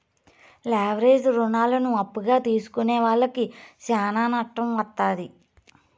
leverage రుణాలను అప్పుగా తీసుకునే వాళ్లకి శ్యానా నట్టం వత్తాది